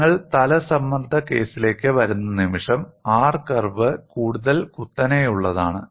നിങ്ങൾ തല സമ്മർദ്ദ കേസിലേക്ക് വരുന്ന നിമിഷം R കർവ് കൂടുതൽ കുത്തനെയുള്ളതാണ്